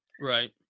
Right